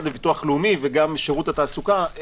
לביטוח לאומי וגם את שירות התעסוקה.